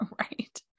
right